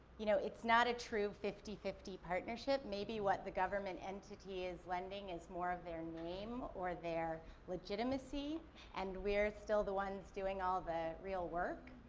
you know, it's not a true fifty fifty partnership. maybe what the government entity is lending is more of their name or their legitimacy and we're still the ones doing all the real work.